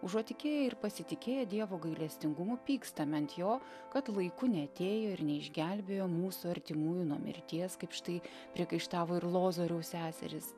užuot tikėję ir pasitikėję dievo gailestingumu pykstame ant jo kad laiku neatėjo ir neišgelbėjo mūsų artimųjų nuo mirties kaip štai priekaištavo ir lozoriaus seserys